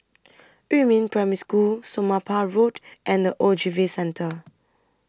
Yumin Primary School Somapah Road and The Ogilvy Centre